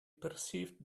perceived